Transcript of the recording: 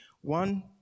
one